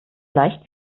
leicht